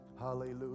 Hallelujah